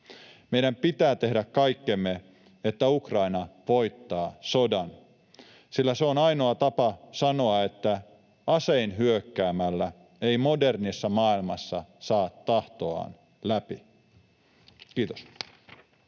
Meidän pitää tehdä kaikkemme, että Ukraina voittaa sodan, sillä se on ainoa tapa sanoa, että asein hyökkäämällä ei modernissa maailmassa saa tahtoaan läpi. — Kiitos.